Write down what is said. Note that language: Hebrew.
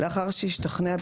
לאחר שהשתכנע,